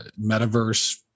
metaverse